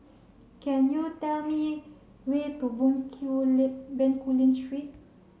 can you tell me way to Bencoolen Street